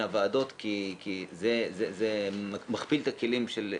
הוועדות כי זה מכפיל את הכלים של שנינו,